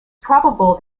probable